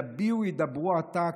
יביעו ידברו עתק,